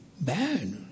bad